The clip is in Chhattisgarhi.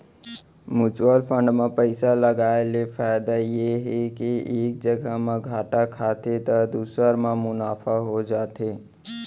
म्युचुअल फंड म पइसा लगाय ले फायदा ये हे के एक जघा म घाटा खाथे त दूसर म मुनाफा हो जाथे